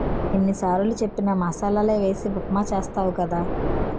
ఎన్ని సారులు చెప్పిన మసాలలే వేసి ఉప్మా చేస్తావు కదా